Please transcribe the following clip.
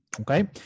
Okay